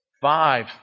five